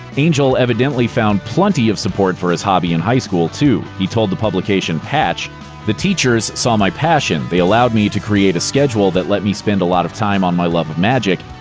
angel evidently found plenty of support for his hobby in high school, too. he told the publication patch the teachers saw my passion. they allowed me to create a schedule that let me spend a lot of time on my love of magic,